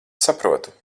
saprotu